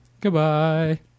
Goodbye